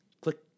Click